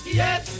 yes